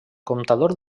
comptador